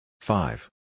Five